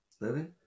Living